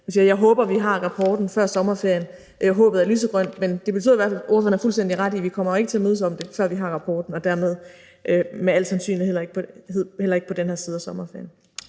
jeg håber, at vi har rapporten før sommerferien, og håbet er lysegrønt. Men ordføreren har fuldstændig ret i, at vi ikke kommer til at mødes om det, før vi har rapporten, og dermed med al sandsynlighed heller ikke på den her side af sommerferien.